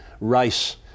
race